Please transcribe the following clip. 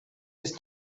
ist